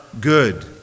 good